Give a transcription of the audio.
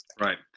Right